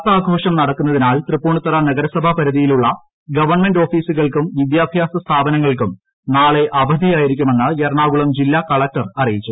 അത്താഘോഷം നടക്കുന്നതിനാൽ തൃപ്പൂണിത്തുറ നഗരസഭാ പരി ധിയിലുള്ള ഗവൺമെന്റ് ഓഫീസുകൾക്കും വിദ്യാഭ്യാസ സ്ഥാപന ങ്ങൾക്കും നാളെ അവധിയായിരിക്കുമെന്ന് എറണാകുളം ജില്ലാ കളക്ടർ അറിയിച്ചു